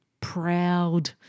proud